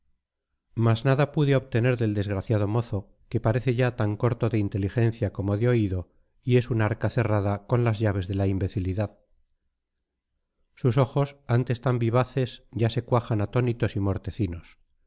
mas nada pude obtener del desgraciado mozo que parece ya tan corto de inteligencia como de oído y es un arca cerrada con las llaves de la imbecilidad sus ojos antes tan vivaces ya se cuajan atónitos y mortecinos